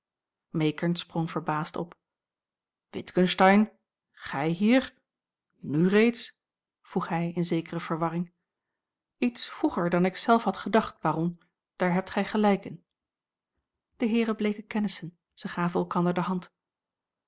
meekern sprong verrast op witgensteyn gij hier nu reeds vroeg hij in zekere verwarring iets vroeger dan ik zelf had gedacht baron daar hebt gij gelijk in de heeren bleken kennissen zij gaven elkander de hand